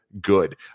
good